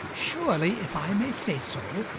surely, if i may say so,